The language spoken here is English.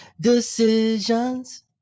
decisions